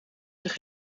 zich